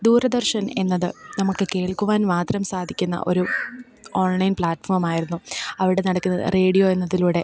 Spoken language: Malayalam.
ദൂരദർശൻ എന്നത് നമുക്ക് കേൾക്കുവാൻ മാത്രം സാധിക്കുന്ന ഒരു ഓൺലൈൻ പ്ലാറ്റ്ഫോമായിരുന്നു അവിടെ നടക്കുന്ന റേഡിയോ എന്നതിലൂടെ